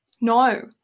No